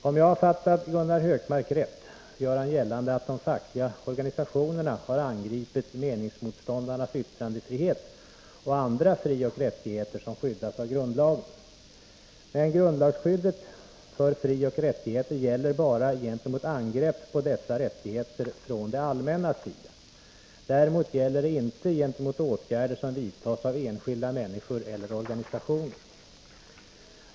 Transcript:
Om jag har fattat Gunnar Hökmark rätt, gör han gällande att de fackliga organisationerna har angripit meningsmotståndarnas yttrandefrihet och andra frioch rättigheter som skyddas av grundlagen. Men grundlagsskyddet för frioch rättigheter gäller bara gentemot angrepp på dessa rättigheter från det allmännas sida. Däremot gäller det inte gentemot åtgärder som vidtas av enskilda människor eller organisationer.